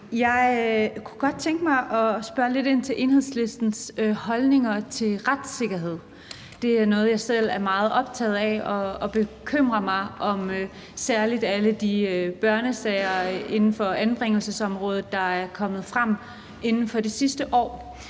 Jeg kunne godt tænke mig at spørge lidt ind til Enhedslistens holdninger til retssikkerhed. Det er noget, jeg selv er meget optaget af, og jeg bekymrer mig særligt om alle de børnesager inden for anbringelsesområdet, der er kommet frem inden for det sidste år.